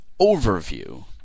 overview